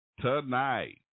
tonight